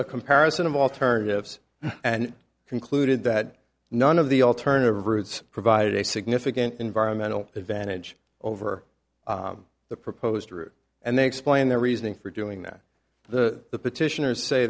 a comparison of alternatives and concluded that none of the alternative routes provide a significant environmental advantage over the proposed route and they explained their reasoning for doing that the the petitioners say